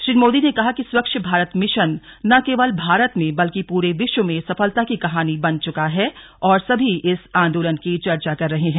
श्री मोदी ने कहा कि स्वच्छ भारत मिशन न केवल भारत में बल्कि पूरे विश्वं में सफलता की कहानी बन चुका है और सभी इस आंदोलन की चर्चा कर रहे हैं